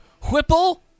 Whipple